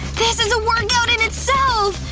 this is a workout in itself!